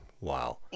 Wow